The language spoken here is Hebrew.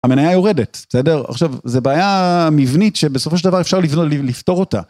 המנייה יורדת, בסדר? עכשיו, זו בעיה מבנית שבסופו של דבר אפשר לפתור אותה.